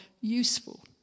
useful